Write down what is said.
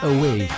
Away